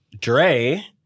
Dre